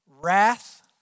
Wrath